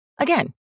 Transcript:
Again